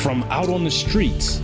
from out on the streets